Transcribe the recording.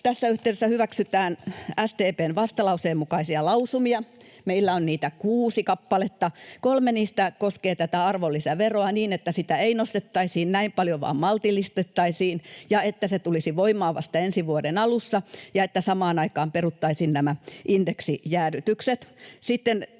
tässä yhteydessä hyväksytään SDP:n vastalauseen mukaisia lausumia. Meillä on niitä kuusi kappaletta. Kolme niistä koskee tätä arvonlisäveroa, niin että sitä ei nostettaisi näin paljoa vaan maltillistettaisiin ja että se tulisi voimaan vasta ensi vuoden alussa ja että samaan aikaan peruttaisiin nämä indeksijäädytykset.